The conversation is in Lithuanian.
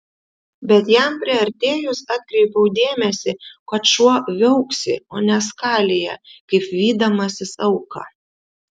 bet jam priartėjus atkreipiau dėmesį kad šuo viauksi o ne skalija kaip vydamasis auką